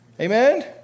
Amen